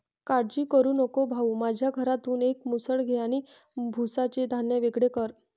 काळजी करू नकोस भाऊ, माझ्या घरातून एक मुसळ घे आणि भुसाचे धान्य वेगळे कर